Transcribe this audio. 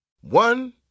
One